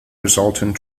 resulting